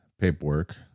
paperwork